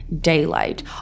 daylight